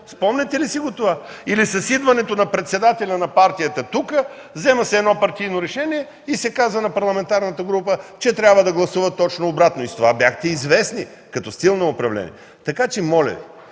Спомняте ли си го това? Или с идването на председателя на партията тук се взема едно партийно решение и се казва на парламентарната група, че трябва да гласува точно обратно. И с това бяхте известни – като стил на управление! Моля Ви,